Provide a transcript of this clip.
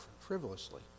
frivolously